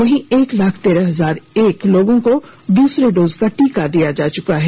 वहीं एक लाख तेरह हजार एक लोगों को दूसरे डोज का टीका दिया जा चुका है